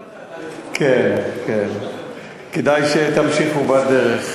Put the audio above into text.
כן, כדאי שתמשיכו בדרך.